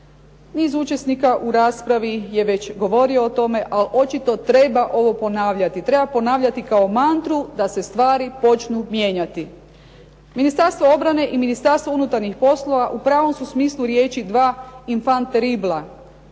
Niz učesnika u raspravi je već govorio o tome, ali očito treba ovo ponavljati, treba ponavljati kao mantru da se stvari počnu mijenjati. Ministarstvo obrane i Ministarstvo unutarnjih poslova u pravom su smislu riječi dva … /Govornica